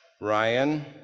Ryan